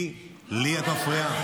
לי את מפריעה?